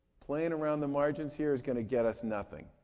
playing around the margins here is going to get us nothing.